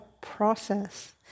process